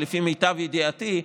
לפי מיטב ידיעתי,